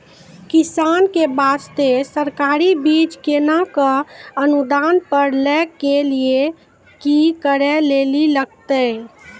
किसान के बास्ते सरकारी बीज केना कऽ अनुदान पर लै के लिए की करै लेली लागतै?